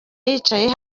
yicaye